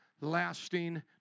lasting